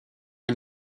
han